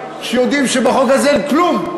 שיודעים שבחוק הזה אין כלום,